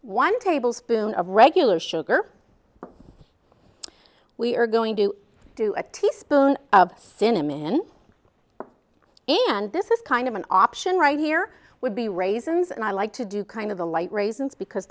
one tablespoon of regular sugar we're going to do a teaspoon of cinnamon and this is kind of an option right here would be raisins and i like to do kind of the light raisins because